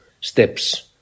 steps